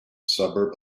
suburb